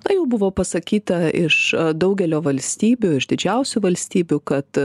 na jau buvo pasakyta iš daugelio valstybių iš didžiausių valstybių kad